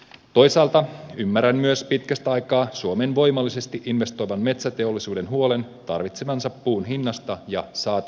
toisaalta ymmärrän myös pitkästä aikaa suomen voimallisesti investoivan metsäteollisuuden huolen tarvitsemansa puun hinnasta ja saatavuudesta